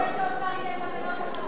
שהאוצר ייתן מתנות לחלשים?